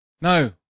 No